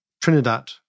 Trinidad